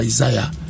Isaiah